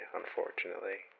unfortunately